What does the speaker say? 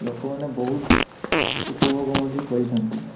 ଲୋକମାନେ ବହୁତ ଉପଭୋଗ ମଧ୍ୟ କରିଥାନ୍ତି